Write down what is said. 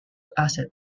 asset